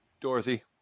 Dorothy